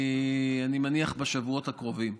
אני מניח שבשבועות הקרובים.